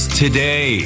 today